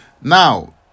Now